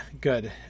Good